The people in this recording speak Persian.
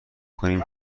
کنیم